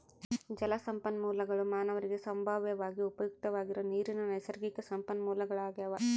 ಜಲಸಂಪನ್ಮೂಲಗುಳು ಮಾನವರಿಗೆ ಸಂಭಾವ್ಯವಾಗಿ ಉಪಯುಕ್ತವಾಗಿರೋ ನೀರಿನ ನೈಸರ್ಗಿಕ ಸಂಪನ್ಮೂಲಗಳಾಗ್ಯವ